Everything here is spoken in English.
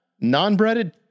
non-breaded